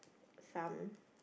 some